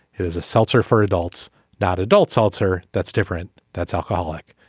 it is a seltzer for adults not adults seltzer. that's different. that's alcoholic.